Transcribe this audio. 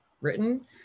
written